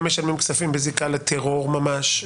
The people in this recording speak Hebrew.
הם משלמים כספים בזיקה לטרור ממש.